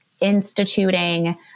instituting